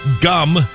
Gum